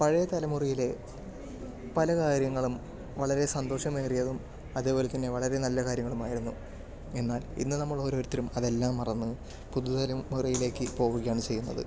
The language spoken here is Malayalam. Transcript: പഴയ തലമുറയിലെ പല കാര്യങ്ങളും വളരെ സന്തോഷം ഏറിയതും അതേപോലെതന്നെ വളരെ നല്ല കാര്യങ്ങളുമായിരുന്നു എന്നാൽ ഇന്ന് നമ്മൾ ഓരോരുത്തരും അതെല്ലാം മറന്ന് പുതുതലമുറയിലേക്ക് പോവുകയാണ് ചെയ്യുന്നത്